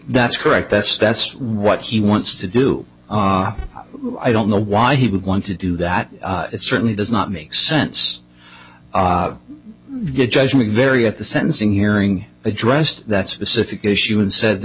that's correct that's that's what he wants to do i don't know why he would want to do that it certainly does not make sense good judgment very at the sentencing hearing addressed that specific issue and said